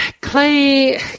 clay